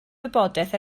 wybodaeth